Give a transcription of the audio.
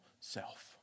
self